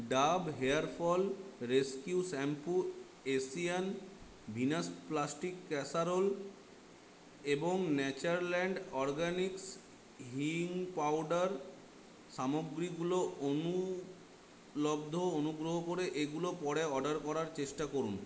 Dove hair fall rescue shampoo Asian Venus plastic casserole এবং Natureland Organics hing powder সামগ্রীগুলো অনুপলব্ধ অনুগ্রহ করে এগুলো পরে অর্ডার করার চেষ্টা করুন